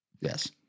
Yes